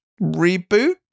reboot